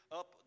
up